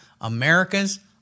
America's